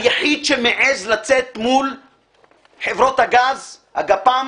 היחיד שמעז לצאת מול חברות הגז, הגפ"מ,